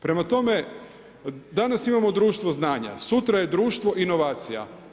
Prema tome, danas imamo društvo znanja, sutra je društvo inovacija.